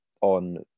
on